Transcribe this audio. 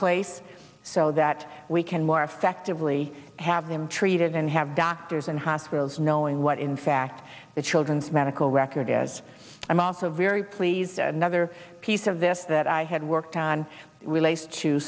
place so that we can more effectively have them treated and have doctors and hospitals knowing what in fact the children's medical record is i'm also very pleased another piece of this that i had worked on